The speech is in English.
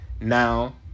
now